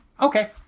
Okay